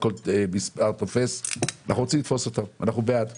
אנחנו בעד זה,